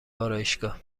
آرایشگاه